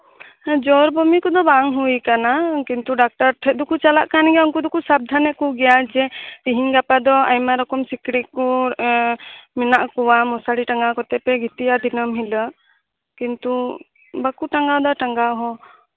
ᱦᱮᱸ ᱡᱚᱨ ᱵᱚᱢᱤ ᱠᱚᱫᱚ ᱵᱟᱝ ᱦᱩᱭ ᱟᱠᱟᱱᱟ ᱠᱤᱱᱛᱩ ᱰᱟᱠᱛᱟᱨ ᱴᱷᱮᱡ ᱫᱚ ᱪᱟᱞᱟᱜ ᱠᱟᱱ ᱜᱮᱭᱟ ᱩᱱᱠᱩ ᱫᱚᱠᱚ ᱥᱟᱵᱽᱫᱷᱟᱱᱮᱜ ᱠᱚᱜᱮᱭᱟ ᱡᱮ ᱛᱤᱦᱤᱧ ᱜᱟᱯᱟ ᱫᱚ ᱟᱭᱢᱟ ᱨᱚᱠᱚᱢ ᱥᱤᱠᱲᱤᱡ ᱠᱚ ᱮᱻ ᱢᱮᱱᱟᱜ ᱠᱚᱣᱟ ᱢᱚᱥᱟᱨᱤ ᱴᱟᱸᱜᱟᱣ ᱠᱟᱛᱮᱜ ᱯᱮ ᱜᱤᱛᱤᱡᱼᱟ ᱫᱤᱱᱟᱹᱢ ᱦᱤᱞᱳᱜ ᱠᱤᱱᱛᱩᱵᱟᱠᱚ ᱴᱟᱸᱜᱟᱣᱮᱫᱟ ᱴᱟᱸᱜᱟᱣ ᱦᱚᱸ